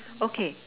okay